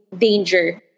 danger